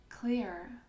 clear